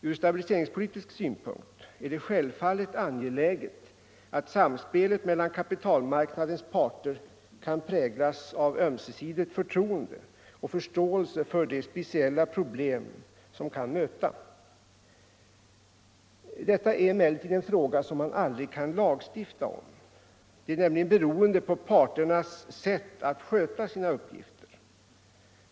Ur stabiliseringspolitisk syn punkt är det självfallet angeläget att samspelet mellan kapitalmarknadens parter kan präglas av ömsesidigt förtroende och förståelse för de speciella problem som kan möta. Detta är emellertid en fråga som man aldrig kan lagstifta om. Den är nämligen beroende av parternas sätt att sköta sina uppgifter.